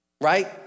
right